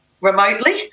remotely